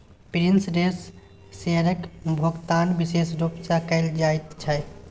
preference शेयरक भोकतान बिशेष रुप सँ कयल जाइत छै